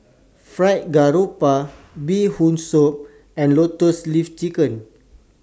Fried Garoupa Bee Hoon Soup and Lotus Leaf Chicken